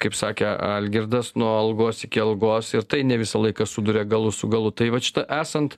kaip sakė algirdas nuo algos iki algos ir tai ne visą laiką suduria galus su galu tai vat šita esant